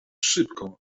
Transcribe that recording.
szybko